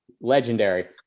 legendary